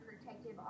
protective